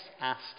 asked